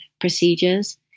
procedures